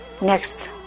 next